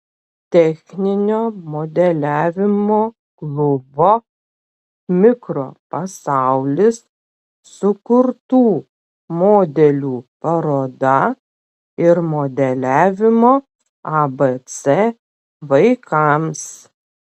techninio modeliavimo klubo mikropasaulis sukurtų modelių paroda ir modeliavimo abc vaikams